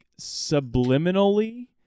subliminally